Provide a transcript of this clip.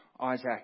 Isaac